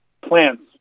plants